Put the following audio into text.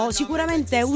sicuramente